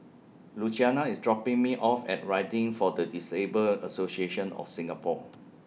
Luciana IS dropping Me off At Riding For The Disabled Association of Singapore